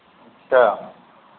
अच्छा